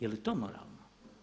Je li to moralno?